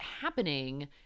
happening